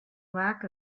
lack